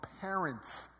parents